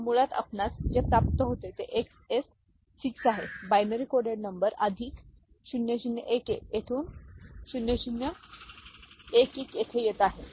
तर मुळात आपणास जे प्राप्त होते ते एक्सएस 6 आहे बायनरी कोडेड नंबर अधिक 0011 येथून 0011 येथे येत आहेत